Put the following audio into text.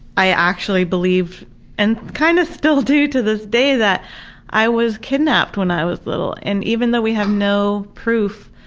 i actually believed and kind of still do to this day that i was kidnapped when i was little. and even though we have no proof,